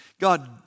God